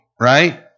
right